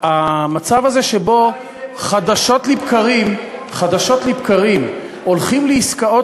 המצב הזה שבו חדשות לבקרים הולכים לעסקאות